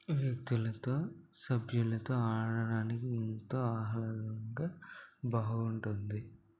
వ్యక్తులతో సభ్యులతో ఆడడానికి ఎంతో ఆహ్లాదకంగా బాగుంటుంది